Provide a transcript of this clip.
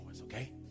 okay